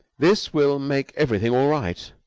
this will make everything all right.